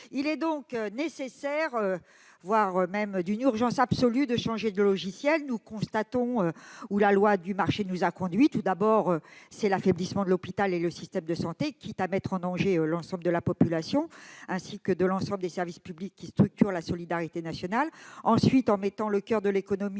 Il est donc nécessaire, voire d'une urgence absolue, de changer de logiciel. On voit où la loi du marché nous a conduits ! Elle a provoqué un affaiblissement de l'hôpital et du système de santé, quitte à mettre en danger l'ensemble de la population, mais aussi de tous les services publics qui structurent la solidarité nationale. Elle a ensuite mis à genoux le coeur de l'économie